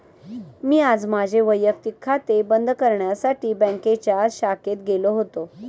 मी आज माझे वैयक्तिक खाते बंद करण्यासाठी बँकेच्या शाखेत गेलो होतो